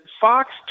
Fox